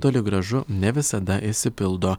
toli gražu ne visada išsipildo